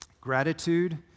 Gratitude